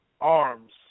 Arms